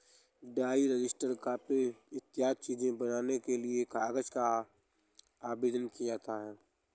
diary, register, copy आदि चीजें बनाने के लिए कागज का आवेदन किया जाता है